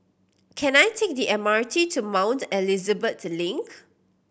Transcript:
can I take the M R T to Mount Elizabeth Link